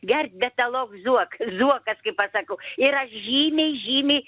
gert betalokzuok zuokas kaip aš sakau ir aš žymiai žymiai